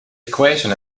equation